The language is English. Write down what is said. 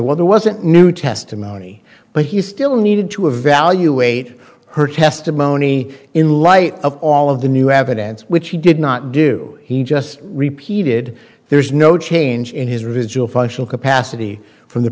there wasn't new testimony but he still needed to evaluate her testimony in light of all of the new evidence which he did not do he just repeated there's no change in his residual functional capacity from the